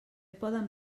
poden